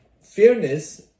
fairness